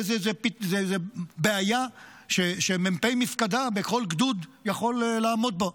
זו בעיה שמ"פ מפקדה בכל גדוד יכול לעמוד בה,